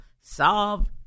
solve